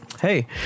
hey